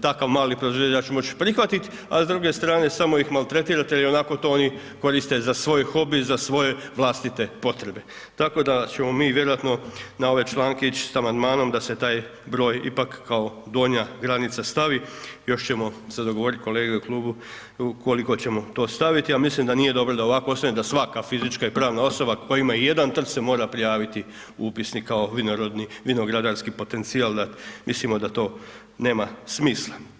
takav mali proizvođač moći prihvatiti, a s druge strane samo ih maltretirate, ionako oni to koriste za svoj hobi, za svoje vlastite potrebe, tako da ćemo mi vjerojatno na ove članke ići s amandmanom da se taj broj ipak kao donja granica stavi, još ćemo se dogovoriti kolege u Klubu ukoliko ćemo to staviti, a mislim da nije dobro da ovako ostane da svaka fizička i pravna osoba koja ima i jedan trs se mora prijaviti u upisnik kao vinorodni vinogradarski potencijal, da mislimo da to nema smisla.